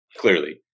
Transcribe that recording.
Clearly